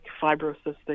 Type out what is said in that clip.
fibrocystic